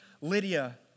Lydia